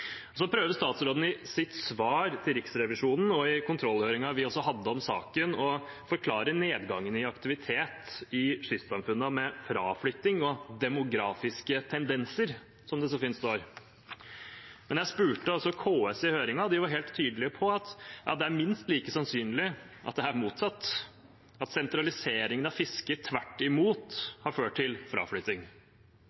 Statsråden prøver i sitt svar til Riksrevisjonen og i kontrollhøringen vi også hadde om saken, å forklare nedgangen i aktivitet i kystsamfunnene med fraflytting og «demografiske tendenser», som det så fint står. Jeg spurte altså KS i høringen, og de var helt tydelig på at det er minst like sannsynlig at det er motsatt, at sentraliseringen av fisket tvert imot